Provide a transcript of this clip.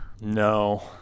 No